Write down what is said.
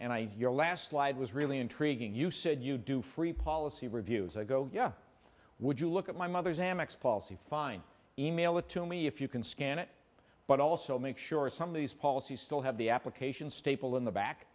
and i your last slide was really intriguing you said you do free policy reviews i go yeah would you look at my mother's amex policy fine email it to me if you can scan it but also make sure some of these policies still have the application staple in the back